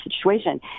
situation